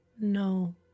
No